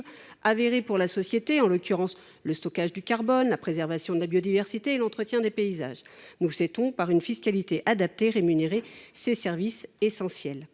avérées pour la société : le stockage du carbone, la préservation de la biodiversité et l’entretien des paysages. Nous souhaitons, par une fiscalité adaptée, rémunérer ces services essentiels.